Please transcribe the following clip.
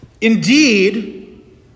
Indeed